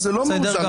זה לא מאוזן.